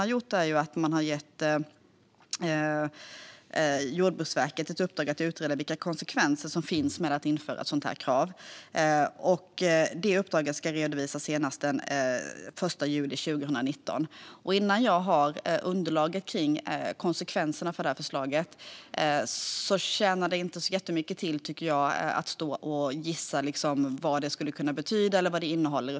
Regeringen har gett Jordbruksverket ett uppdrag att utreda konsekvenser av att införa ett sådant här krav. Det uppdraget ska redovisas senast den 1 juli 2019. Innan jag har underlaget om konsekvenserna av detta förslag tjänar det inte jättemycket till, tycker jag, att stå och gissa vad det skulle kunna betyda eller innehålla.